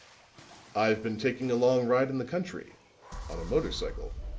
i've been taking a long ride in the country on a motor cycle,